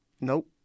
nope